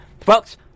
folks